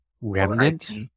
Remnant